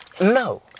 No